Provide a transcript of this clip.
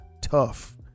tough